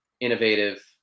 innovative